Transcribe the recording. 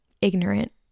ignorant